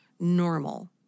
Normal